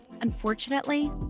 Unfortunately